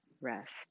rest